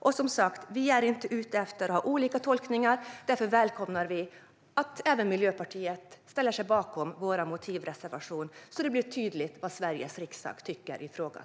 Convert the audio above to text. Vi är som sagt inte ute efter att ha olika tolkningar, och därför välkomnar vi att även Miljöpartiet ställer sig bakom vår motivreservation så att det blir tydligt vad Sveriges riksdag tycker i frågan.